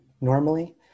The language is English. normally